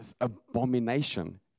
Abomination